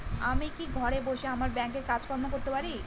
আমি কি ঘরে বসে আমার ব্যাংকের কাজকর্ম করতে পারব?